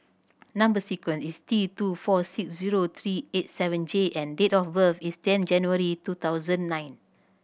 number sequence is T two four six zero three eight seven J and date of birth is ten January two thousand nine